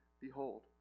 behold